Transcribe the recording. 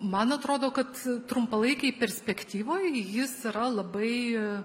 man atrodo kad trumpalaikėj perspektyvoj jis yra labai